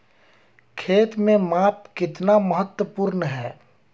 खेत में माप कितना महत्वपूर्ण है?